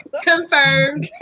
Confirmed